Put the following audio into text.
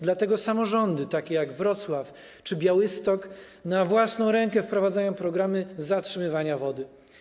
Dlatego samorządy takie jak we Wrocławiu czy Białymstoku na własną rękę wprowadzają programy dotyczące zatrzymywania wody.